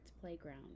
playground